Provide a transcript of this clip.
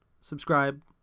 subscribe